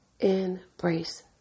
Embrace